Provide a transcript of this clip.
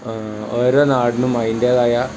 ഓരോ നാടിനും അതിൻ്റേതായ